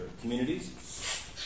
communities